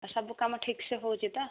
ସବୁ କାମ ଠିକ୍ସେ ହେଉଛି ତ